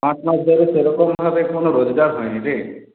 পাঁচ মাস ধরে সেরকমভাবে কোনো রোজগার হয়নি রে